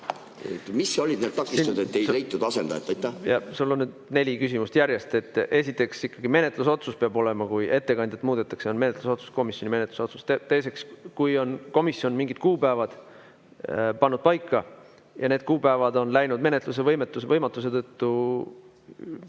Mis olid need takistused, et ei leitud asendajat?